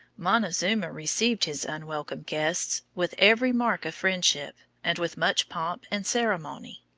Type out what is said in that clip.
montezuma received his unwelcome guests with every mark of friendship, and with much pomp and ceremony.